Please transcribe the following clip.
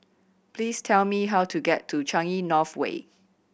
please tell me how to get to Changi North Way